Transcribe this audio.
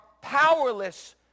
powerless